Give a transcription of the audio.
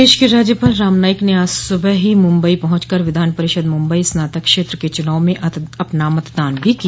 प्रदेश के राज्यपाल राम नाईक ने आज सुबह ही मुंबई पहुंच कर विधान परिषद मुंबई स्नातक क्षेत्र के चुनाव में अपना मतदान भी किया